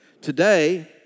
Today